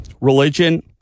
religion